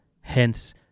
hence